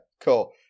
cool